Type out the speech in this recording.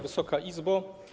Wysoka Izbo!